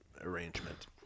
arrangement